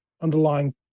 underlying